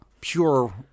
pure